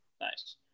Nice